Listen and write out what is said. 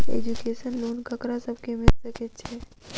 Education loan ककरा सब केँ मिल सकैत छै?